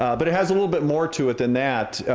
um but it has a little bit more to it than that.